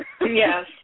Yes